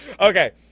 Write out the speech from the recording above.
Okay